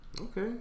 Okay